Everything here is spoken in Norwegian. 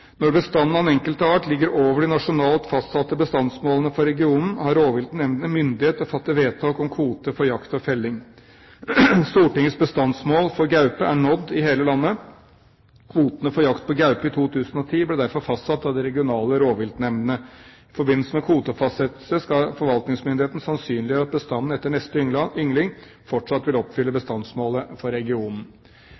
Når bestanden av den enkelte art ligger over de nasjonalt fastsatte bestandsmålene for regionen, har rovviltnemndene myndighet til å fatte vedtak om kvote for jakt og felling. Stortingets bestandsmål for gaupe er nådd i hele landet. Kvotene for jakt på gaupe i 2010 ble derfor fastsatt av de regionale rovviltnemndene. I forbindelse med kvotefastsettelse skal forvaltningsmyndigheten sannsynliggjøre at bestanden etter neste yngling fortsatt vil oppfylle